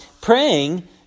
praying